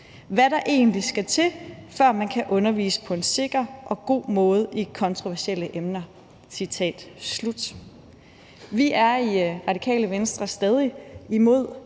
hvad der egentlig skal til, før man kan undervise på en sikker og god måde i kontroversielle emner.« Vi er i Radikale Venstre stadig imod